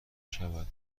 شود